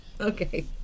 Okay